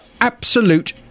absolute